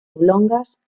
oblongas